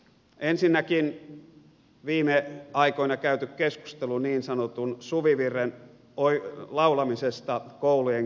ensinnäkin viime aikoina käyty keskustelu niin sanotun suvivirren laulamisesta koulujen kevätjuhlissa